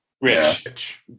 Rich